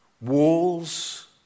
Walls